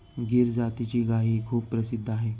गीर जातीची गायही खूप प्रसिद्ध आहे